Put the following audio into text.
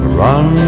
run